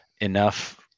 enough